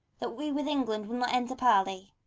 that we with england will not enter parley,